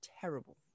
terrible